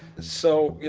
so,